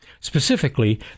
Specifically